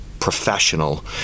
Professional